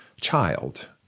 child